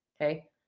Okay